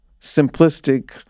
simplistic